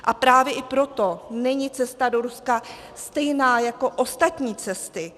A právě i proto není cesta do Ruska stejná jako ostatní cesty.